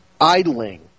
idling